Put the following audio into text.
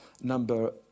number